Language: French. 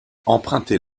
empruntez